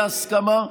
בהסכמה,